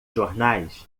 jornais